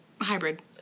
Hybrid